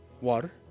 Water